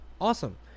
awesome